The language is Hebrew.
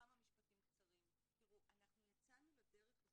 אני מבקשת בכמה משפטים קצרים אנחנו יצאנו לדרך הזאת,